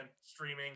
streaming